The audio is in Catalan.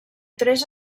tres